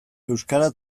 euskara